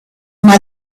may